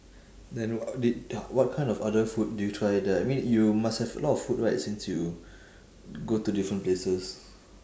then wha~ did what kind of other food did you try there I mean you must have a lot of food right since you go to different places